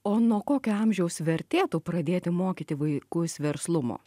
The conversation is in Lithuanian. o nuo kokio amžiaus vertėtų pradėti mokyti vaikus verslumo